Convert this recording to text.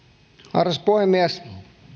arvoisa puhemies